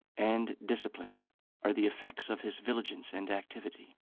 and discipline are the effects of his vigilance and activity.